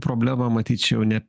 problema matyt čia jau ne